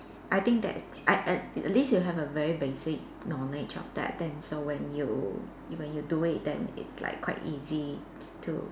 I think that I I at least you have a very basic knowledge of that then so when you when you do it then it's like quite easy to